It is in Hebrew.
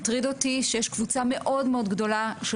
מטריד אותי שיש קבוצה מאוד גדולה של